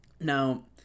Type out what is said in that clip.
Now